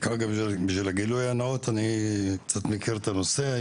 בשביל הגילוי הנאות, אני קצת מכיר את הנושא.